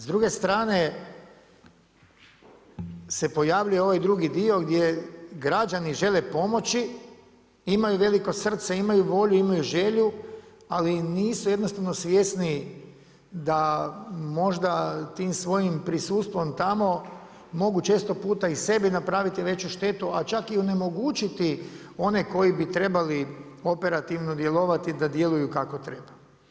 S druge strane se pojavljuje ovaj drugi dio gdje građani žele pomoći, imaju veliko srce, imaju volju, imaju želju ali nisu jednostavno svjesni da možda tim svojim prisustvom tamo mogu često puta i sebi napraviti veću štetu a čak i onemogućiti one koji bi trebali operativno djelovati da djeluju kako treba.